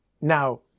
Now